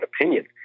opinion